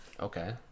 Okay